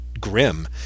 grim